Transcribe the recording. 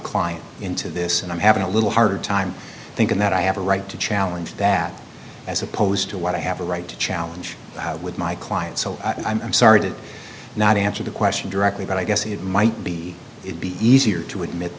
client into this and i'm having a little harder time thinking that i have a right to challenge that as opposed to what i have a right to challenge with my client so i'm sorry did not answer the question directly but i guess it might be it be easier to admit